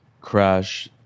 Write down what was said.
crash